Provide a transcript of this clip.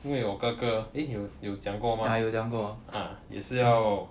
因为我哥哥 eh 有有讲过吗 ah 也是要